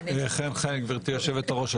תודה, גברתי היושבת-ראש.